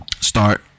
start